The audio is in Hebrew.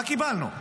מה קיבלנו?